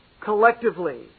collectively